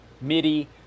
MIDI